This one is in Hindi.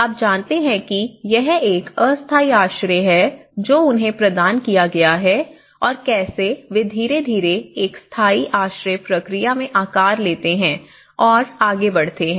आप जानते हैं कि यह एक अस्थायी आश्रय है जो उन्हें प्रदान किया गया है और कैसे वे धीरे धीरे एक स्थायी आश्रय प्रक्रिया में आकार लेते हैं और आगे बढ़ते हैं